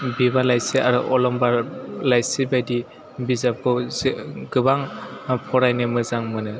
बिबार लाइसि आरो अलंबार लाइसि बायदि बिजाबखौ गोबां फरायनो मोजां मोनो